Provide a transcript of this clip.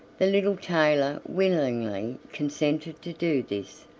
the little tailor willingly consented to do this,